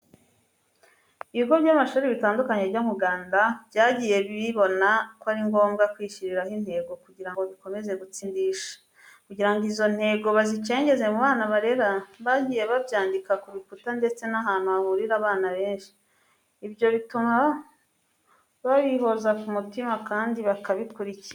Ibigo by'amashuri bitandukanye byo mu Rwanda byagiye bibona ko ari ngombwa kwishyiriraho intego kugira ngo bikomeze gutsindisha. Kugira ngo izo ntego bazicengeze mu bana barera, bagiye babyandika ku bikuta ndetse n'ahantu hahurira abana benshi. Ibyo bituma babihoza ku mutima kandi bakabikurikiza.